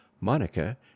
Monica